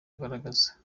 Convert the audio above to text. kugaragaza